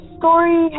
story